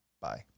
bye